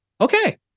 Okay